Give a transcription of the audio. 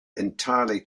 entirely